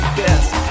best